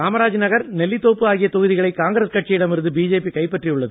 காமராஜ்நகர் நெல்லித்தோப்புஆகியதொகுதிகளைகாங்கிரஸ்கட்சியிடம்இருந்துபிஜேபி கைப்பற்றியுள்ளது